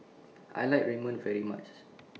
I like Ramen very much